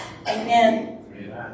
Amen